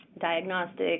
diagnostic